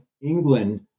England